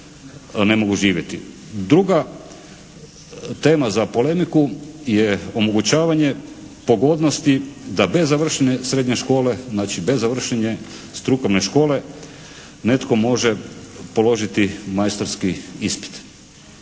Druga tema za polemiku je omogućavanje pogodnosti da bez završene srednje škole, znači bez završene strukovne škole netko može položiti majstorski ispit.